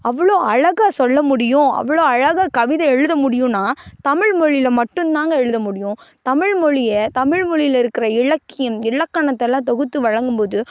அவ்வளோ அழகாக சொல்லமுடியும் அவ்வளோ அழகாக கவிதை எழுத முடியும்னா தமிழ்மொழியில மட்டுந்தாங்க எழுத முடியும் தமிழ்மொழியை தமிழ்மொழியில இருக்கிற இலக்கியம் இலக்கணத்தெலாம் தொகுத்து வழங்கும்போது